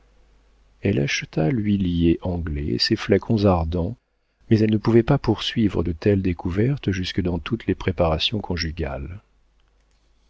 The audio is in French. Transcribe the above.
elle acheta l'huilier anglais et ses flacons ardents mais elle ne pouvait pas poursuivre de telles découvertes jusque dans toutes les préparations conjugales